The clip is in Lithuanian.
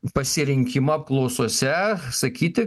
pasirinkimą apklausose sakyti